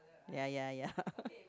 ya ya ya